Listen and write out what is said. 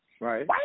right